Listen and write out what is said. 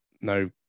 no